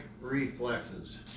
reflexes